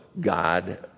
God